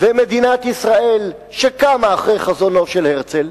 ומדינת ישראל שקמה אחרי חזונו של הרצל,